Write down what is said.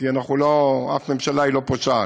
כי אנחנו לא, אף ממשלה היא לא פושעת.